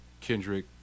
Kendrick